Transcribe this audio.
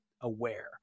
aware